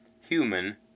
human